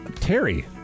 Terry